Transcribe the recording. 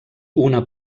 una